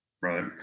right